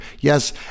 yes